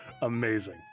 Amazing